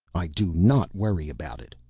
i do not worry about it,